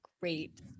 great